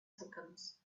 seconds